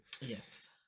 Yes